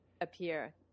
appear